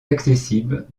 accessible